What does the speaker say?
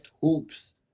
hoops